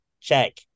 check